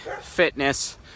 fitness